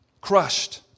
crushed